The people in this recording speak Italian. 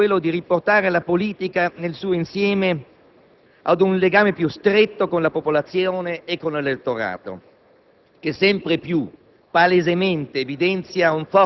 che reputo condivisibile da tutti - è quello di riportare la politica nel suo insieme ad un legame più stretto con la popolazione e con l'elettorato,